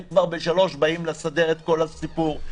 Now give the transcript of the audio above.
הם כבר בשלוש באים לסדר את כל הסיפור,